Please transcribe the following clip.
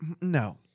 no